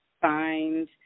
find